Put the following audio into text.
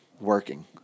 working